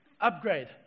Upgrade